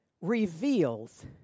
reveals